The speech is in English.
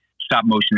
stop-motion